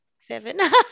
seven